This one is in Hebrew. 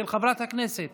של חברת הכנסת